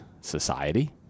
society